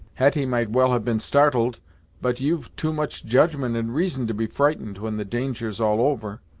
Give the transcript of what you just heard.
hetty might well have been startled but you've too much judgment and reason to be frightened when the danger's all over.